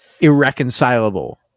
irreconcilable